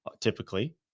typically